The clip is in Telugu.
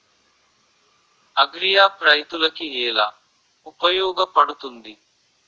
అగ్రియాప్ రైతులకి ఏలా ఉపయోగ పడుతుంది?